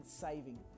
saving